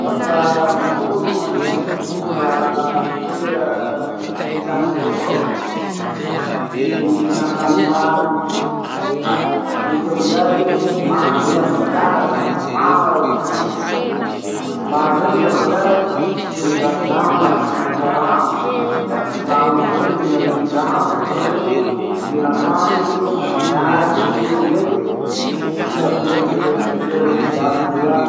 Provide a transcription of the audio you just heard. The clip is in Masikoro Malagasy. Lafa gny voro handeha hifindra toera fipe- hipetrahany vaovao, mihinan-kany maro ii. La voky amizay ii, mandeha miaraky maro rozy. Rozy maro reny lafa miaraky, tsy mijanojano laha tsy mahita rano. Le amy misy rano amizay mila minondrano, bakeo mihinan-kany, la miaraky mitily ndraiky jusque iaviandrozy amy ze toera ifindrandrozy any.